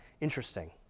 interesting